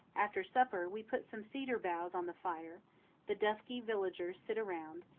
after supper we put some cedar boughs on the fire the dusky villagers sit around,